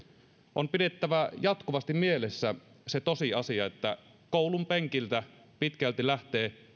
on pidettävä jatkuvasti mielessä se tosiasia että koulunpenkiltä pitkälti lähtee